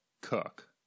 cook